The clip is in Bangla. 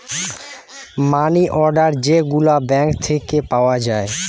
মানি অর্ডার যে গুলা ব্যাঙ্ক থিকে পাওয়া যায়